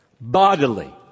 bodily